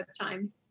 time